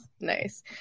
nice